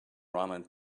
running